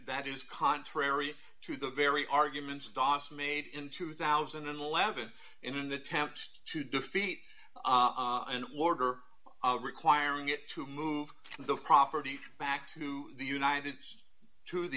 that is contrary to the very arguments dos made in two thousand and eleven in an attempt to defeat an order requiring it to move the property back to the united states to the